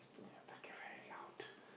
talking very loud